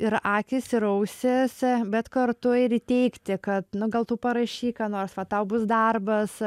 ir akys ir ausys bet kartu ir įteigti kad nu gal tų parašyk ką nors va tau bus darbas